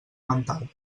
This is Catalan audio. mental